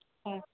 হয়